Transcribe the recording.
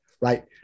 right